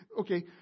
okay